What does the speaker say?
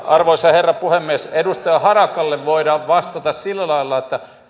arvoisa herra puhemies edustaja harakalle voidaan vastata sillä lailla että